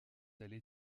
allé